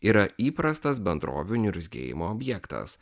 yra įprastas bendrovių niurzgėjimo objektas